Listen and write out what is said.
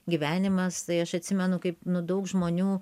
gyvenimas tai aš atsimenu kaip nu daug žmonių